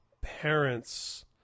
parents